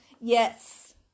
Yes